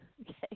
Okay